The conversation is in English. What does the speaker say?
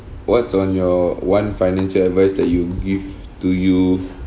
what's on your one financial advice that you'll give to you